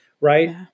right